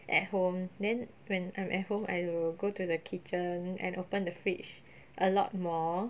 at home then when I'm at home I'll go to the kitchen and open the fridge a lot more